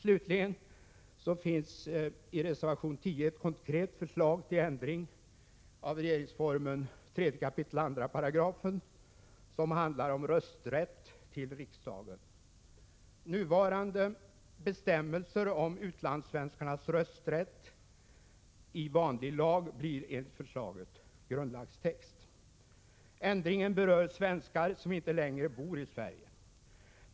Slutligen finns i reservation 10 ett konkret förslag till ändring av regeringsformen 3 kap. 2 § som handlar om rösträtt vid val till riksdagen. Nuvarande bestämmelser om utlandssvenskarnas rösträtt som återfinns i vanlig lag skall enligt förslaget bli grundlagstext. Ändringen berör svenskar som inte längre bor i Sverige.